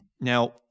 Now